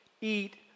eat